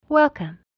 Welcome